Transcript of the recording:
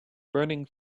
burning